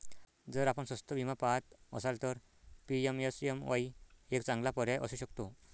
जर आपण स्वस्त विमा पहात असाल तर पी.एम.एस.एम.वाई एक चांगला पर्याय असू शकतो